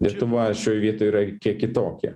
lietuva šioje vietoje yra kiek kitokia